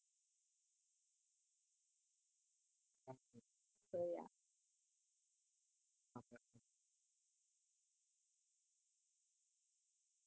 ah okay not bad not bad